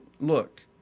look